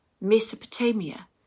Mesopotamia